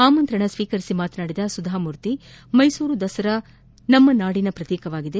ಆಹ್ವಾನ ಸ್ವೀಕರಿಸಿ ಮಾತನಾಡಿದ ಸುಧಾ ಮೂರ್ತಿ ಮೈಸೂರು ದಸರಾ ನಮ್ಮ ನಾಡಿನ ಪ್ರತೀಕವಾಗಿದೆ